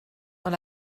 dans